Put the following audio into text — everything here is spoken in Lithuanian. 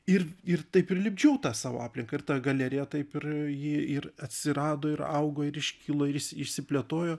ir ir taip ir lipdžiau tą savo aplinką ir ta galerija taip ir ji ir atsirado ir augo ir iškilo ir iš išsiplėtojo